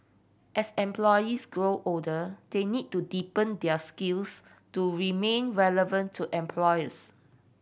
as employees grow older they need to deepen their skills to remain relevant to employers